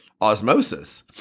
Osmosis